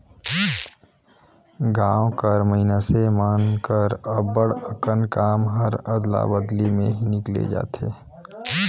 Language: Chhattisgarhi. गाँव कर मइनसे मन कर अब्बड़ अकन काम हर अदला बदली में ही निकेल जाथे